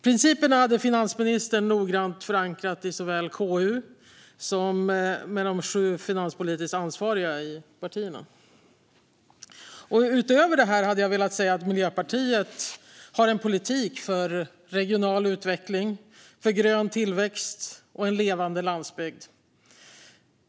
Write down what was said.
Principerna hade finansministern noggrant förankrat såväl i KU som med de sju finanspolitiskt ansvariga i partierna. Utöver detta hade jag velat säga att Miljöpartiet har en politik för regional utveckling, grön tillväxt och en levande landsbygd.